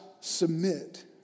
submit